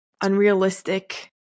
unrealistic